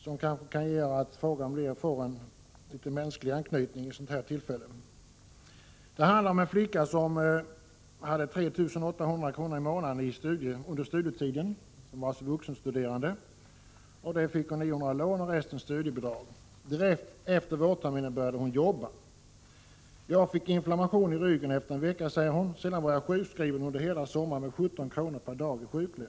Det kan kanske göra att frågan får en litet mänsklig anknytning vid ett sådant här tillfälle. Det handlar om en flicka som hade 3 800 kr. i månaden under sin studietid. Hon var vuxenstuderande. 900 kr. var lån och resten studiebidrag. Direkt efter vårterminens slut började hon jobba. Hon säger: Jag fick inflammation i ryggen efter en vecka. Sedan var jag sjukskriven under hela sommaren med 17 kr. per dag i sjuklön.